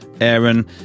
Aaron